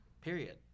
Period